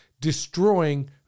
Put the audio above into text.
destroying